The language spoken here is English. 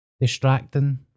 distracting